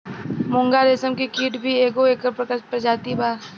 मूंगा रेशम के कीट भी एगो एकर प्रजाति बा